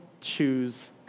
choose